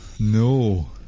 no